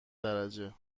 درجه